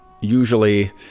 usually